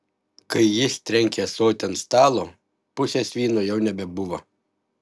kai jis trenkė ąsotį ant stalo pusės vyno jau nebuvo